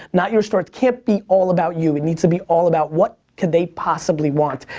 not your store. it can't be all about you. it needs to be all about what could they possibly want.